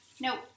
nope